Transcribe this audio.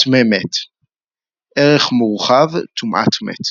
טמא מת ערך מורחב – טומאת מת